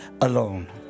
alone